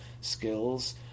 skills